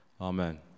amen